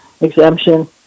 exemption